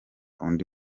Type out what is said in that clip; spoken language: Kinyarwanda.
undi